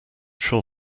sure